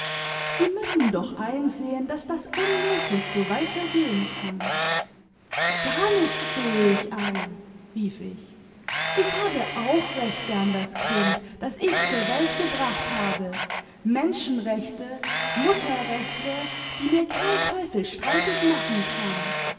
sie müssen doch einsehen daß das unmöglich so weitergehen kann gar nichts sehe ich ein rief ich ich habe auch rechte an das kind das ich zur welt gebracht habe menschenrechte mutterrechte die mir kein teufel streitig machen kann